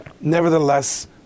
nevertheless